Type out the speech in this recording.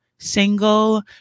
single